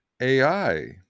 AI